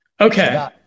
Okay